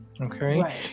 Okay